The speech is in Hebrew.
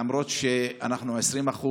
למרות שאנחנו 20%,